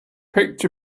picked